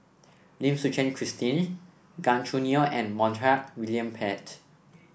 Lim Suchen Christine Gan Choo Neo and Montague William Pett